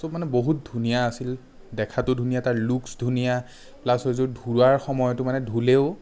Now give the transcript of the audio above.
ত' মানে বহুত ধুনীয়া আছিল দেখাতো ধুনীয়া তাৰ লুক্ছ ধুনীয়া প্লাছ সেইযোৰ ধোৱাৰ সময়তো মানে ধুলেও